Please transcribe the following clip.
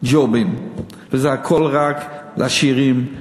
ג'ובים וזה הכול רק לעשירים,